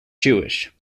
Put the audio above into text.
jewish